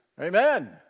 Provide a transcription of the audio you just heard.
Amen